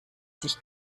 sich